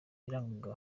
yarangwaga